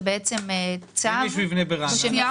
בת ים